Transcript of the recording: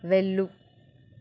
వెళ్ళు